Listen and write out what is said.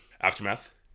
Aftermath